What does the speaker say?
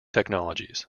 technologies